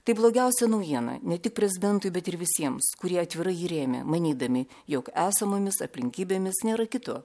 tai blogiausia naujiena ne tik prezidentui bet ir visiems kurie atvirai jį rėmė manydami jog esamomis aplinkybėmis nėra kito